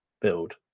build